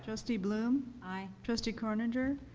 trustee blum? aye. trustee croninger?